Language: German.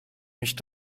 mich